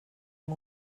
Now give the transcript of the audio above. amb